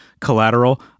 collateral